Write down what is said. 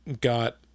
got